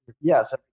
Yes